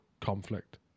conflict